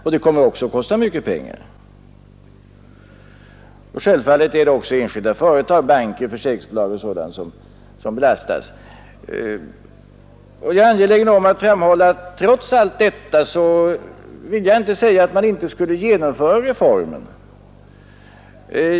Självfallet belastas också enskilda företag, t.ex. banker och försäkringsbolag. Jag är angelägen om att framhålla att trots allt detta vill jag inte säga att man inte bör genomföra reformen.